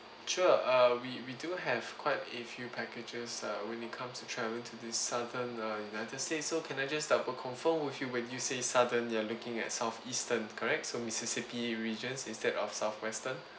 sure uh we we do have quite a few packages uh when it comes to travel to the southern united states so can I just double confirm with you when you say southern you are looking at south eastern correct so mississippi regions instead of southwestern